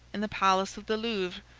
in the palace of the louvre,